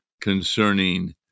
concerning